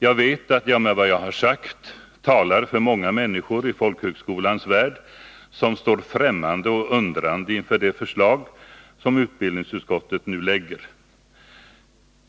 Jag vet att jag med vad jag har sagt talar för många människor i folkhögskolans värld, som står ffrämmande och undrande inför det förslag som utbildningsutskottet nu lägger fram.